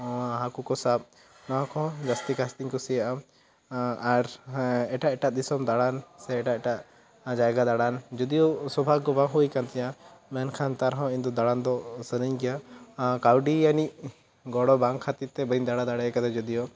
ᱦᱟᱹᱠᱩ ᱠᱚ ᱥᱟᱵ ᱱᱚᱣᱟ ᱠᱚ ᱦᱚᱸ ᱡᱟᱹᱥᱛᱤ ᱠᱟᱭ ᱛᱤᱥ ᱠᱩᱥᱤᱭᱟᱜᱼᱟ ᱟᱨ ᱮᱴᱟᱜ ᱮᱴᱟᱜ ᱫᱤᱥᱚᱢ ᱫᱟᱬᱟᱱ ᱥᱮ ᱟᱨ ᱮᱴᱟᱜ ᱮᱴᱟᱜ ᱡᱟᱭᱜᱟ ᱫᱟᱬᱟᱱ ᱡᱩᱫᱤ ᱥᱚᱵᱷᱟ ᱠᱚ ᱵᱟᱝ ᱦᱩᱭ ᱠᱟᱱ ᱛᱤᱧᱟᱹ ᱢᱮᱱᱠᱷᱟᱱ ᱟᱨᱦᱚᱸ ᱤᱧ ᱫᱚ ᱫᱟᱬᱟᱱ ᱥᱟᱱᱟᱧ ᱜᱮᱭᱟ ᱠᱟᱹᱣᱰᱤ ᱟᱹᱱᱤᱡ ᱵᱟᱝ ᱠᱷᱟᱹᱛᱤᱨ ᱛᱮ ᱵᱟᱹᱧ ᱫᱟᱬᱟ ᱫᱟᱲᱮ ᱠᱟᱣᱫᱟ ᱡᱩᱫᱤ ᱦᱚᱸ